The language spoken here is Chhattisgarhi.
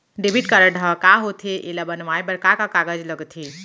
डेबिट कारड ह का होथे एला बनवाए बर का का कागज लगथे?